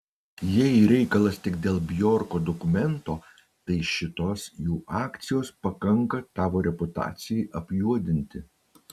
jei reikalas tik dėl bjorko dokumento tai šitos jų akcijos pakanka tavo reputacijai apjuodinti